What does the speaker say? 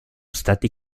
stati